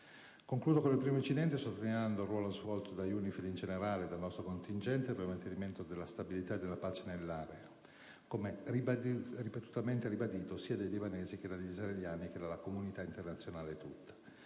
Concludo con il primo incidente, sottolineando il ruolo svolto da UNIFIL in generale e dal nostro contingente per il mantenimento della stabilità e della pace nell'area, come ripetutamente ribadito sia dai libanesi che dagli israeliani, oltre che dalla comunità internazionale tutta.